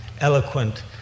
eloquent